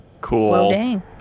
Cool